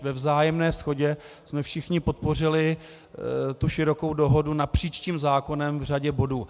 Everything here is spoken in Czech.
Ve vzájemné shodě jsme všichni podpořili tu širokou dohodu napříč zákonem v řadě bodů.